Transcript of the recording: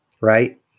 right